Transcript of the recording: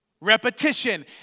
repetition